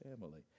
family